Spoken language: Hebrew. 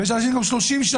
ויש אנשים שעובדים גם 30 שנה.